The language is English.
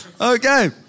Okay